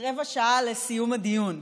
רבע שעה לסיום הדיון.